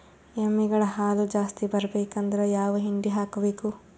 ಎಮ್ಮಿ ಗಳ ಹಾಲು ಜಾಸ್ತಿ ಬರಬೇಕಂದ್ರ ಯಾವ ಹಿಂಡಿ ಹಾಕಬೇಕು?